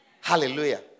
Hallelujah